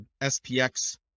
SPX